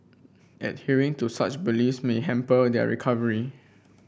adhering to such beliefs may hamper their recovery